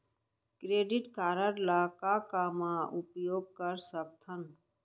Credit card ला का का मा उपयोग कर सकथन?